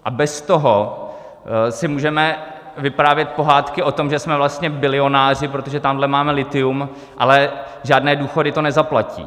A bez toho si můžeme vyprávět pohádky o tom, že jsme vlastně bilionáři, protože tamhle máme lithium, ale žádné důchody to nezaplatí.